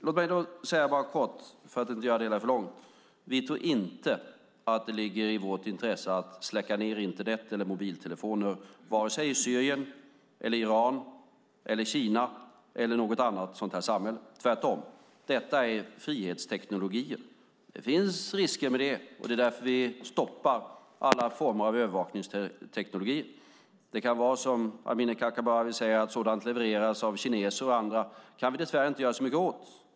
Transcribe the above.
Låt mig bara säga något kort, för att inte göra det hela för långt: Vi tror inte att det ligger i vårt intresse att släcka ned internet eller mobiltelefoner i vare sig Syrien, Iran, Kina eller något annat samhälle - tvärtom. Detta är frihetstekniker. Det finns risker med det, och det är därför vi stoppar alla former av övervakningstekniker. Det kan vara som Amineh Kakabaveh säger - att sådant levereras av kineser och andra. Det kan vi dess värre inte göra så mycket åt.